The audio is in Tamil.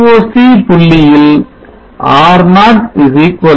VOC புள்ளியில் R0 ∞